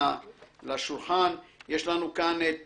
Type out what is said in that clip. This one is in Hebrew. כאן את